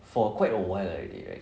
for quite a while already right